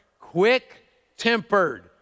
quick-tempered